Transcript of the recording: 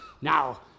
Now